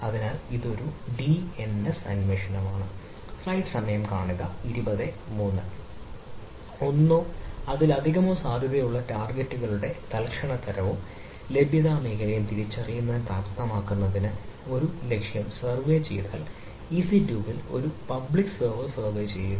അതിനാൽ ഇത് DNS അന്വേഷണമാണ് ഒന്നോ അതിലധികമോ സാധ്യതയുള്ള ടാർഗെറ്റുകളുടെ തൽക്ഷണ തരവും ലഭ്യത മേഖലയും തിരിച്ചറിയുന്നത് പ്രാപ്തമാക്കുന്നതിനുള്ള ഒരു ലക്ഷ്യം സർവേ ചെയ്താൽ EC2 ൽ ഒരു പബ്ലിക് സെർവർ സർവേ ചെയ്യുക